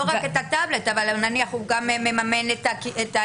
לא רק את הטאבלט, נניח הוא גם מממן את האינטרנט?